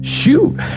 shoot